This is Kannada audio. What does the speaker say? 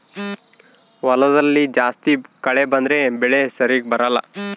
ಹೊಲದಲ್ಲಿ ಜಾಸ್ತಿ ಕಳೆ ಬಂದ್ರೆ ಬೆಳೆ ಸರಿಗ ಬರಲ್ಲ